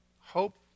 Hope